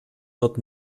wird